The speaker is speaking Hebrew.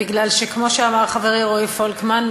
כי כמו שאמר חברי רועי פולקמן,